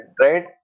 right